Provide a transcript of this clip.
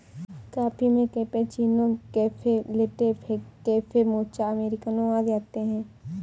coffee में cappuccino, cafe latte, cafe mocha, अमेरिकनों आदि आते है